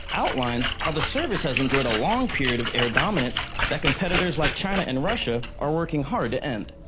outlines how the service has enjoyed a long period of air dominance that competitors like china and russia are working hard to end.